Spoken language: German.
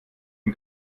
von